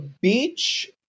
beach